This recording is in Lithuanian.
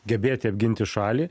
gebėti apginti šalį